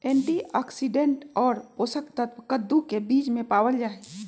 antioxidant और पोषक तत्व कद्दू के बीज में पावल जाहई